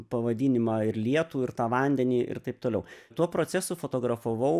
pavadinimą ir lietų ir tą vandenį ir taip toliau tuo procesu fotografavau